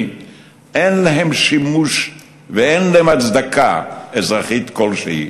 אין שימוש ואין הצדקה אזרחית כלשהי,